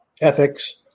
ethics